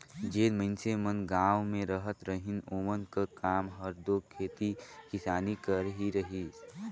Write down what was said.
जेन मइनसे मन गाँव में रहत रहिन ओमन कर काम हर दो खेती किसानी कर ही रहिस